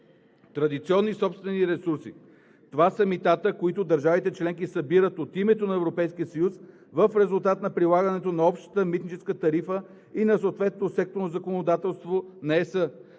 Традиционни собствени ресурси (ТСР) – това са митата, които държавите членки събират от името на Европейския съюз в резултат на прилагането на Общата митническа тарифа и на съответното секторно законодателство на